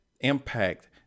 impact